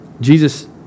Jesus